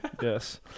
Yes